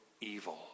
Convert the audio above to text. evil